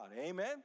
Amen